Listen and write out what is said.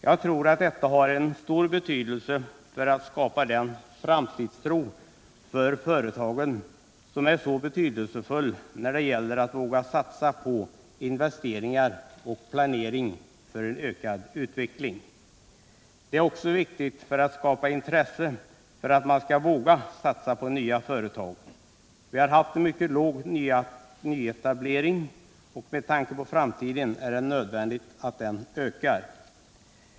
Jag tror att detta har en stor betydelse för att skapa den framtidstro för företagen som är så betydelsefull när det gäller att våga satsa på investeringar och planering för en ökad utveckling. Det är också viktigt för att skapa intresse och för att man skall våga satsa på nya företag. Vi har haft en mycket låg nyetablering, och med tanke på framtiden är det nödvändigt att den ökar.